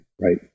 right